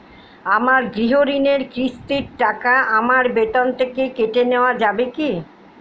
আমার গৃহঋণের কিস্তির টাকা আমার বেতন থেকে কেটে নেওয়া যাবে কি?